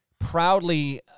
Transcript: proudly